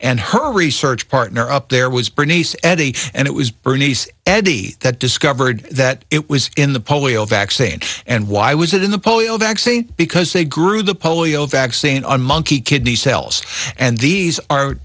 and her research partner up there was bernice addie and it was bernie's eddy that discovered that it was in the polio vaccine and why was it in the polio vaccine because they grew the polio vaccine on monkey kidney cells and these are